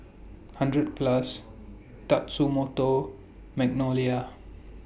hundred Plus Tatsumoto Magnolia